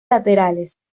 laterales